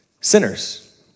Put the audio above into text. sinners